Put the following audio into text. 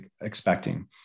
expecting